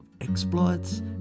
Exploits